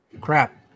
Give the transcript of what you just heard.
crap